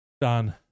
Done